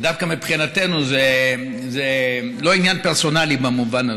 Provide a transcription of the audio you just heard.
ודווקא מבחינתנו זה לא עניין פרסונלי במובן הזה.